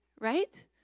right